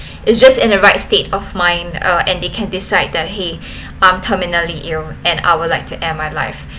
it's just in a right state of mind uh and they can decide that he um terminally ill and I would like to end my life